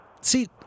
See